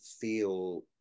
feel